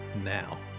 now